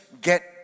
get